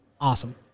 awesome